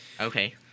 Okay